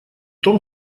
том